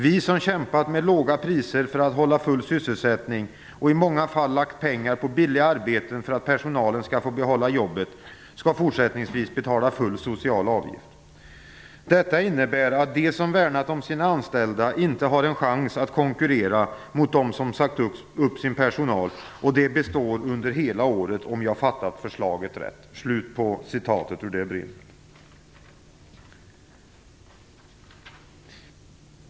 Vi som kämpat med låga priser för att hålla full sysselsättning, och i många fall lagt pengar på billiga arbeten för att personalen skall få behålla jobben, skall fortsättningsvis betala full social avgift. Detta innebär att de som värnat om sina anställda inte har en chans att konkurrera mot dem som har sagt upp sin personal, och det består under hela året om jag har fattat förslaget rätt."